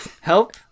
Help